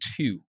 two